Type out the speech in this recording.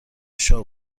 گشا